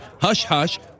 hush-hush